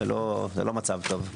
זה לא מצב טוב.